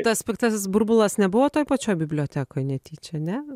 tas piktasis burbulas nebuvo toj pačioj bibliotekoj netyčia ne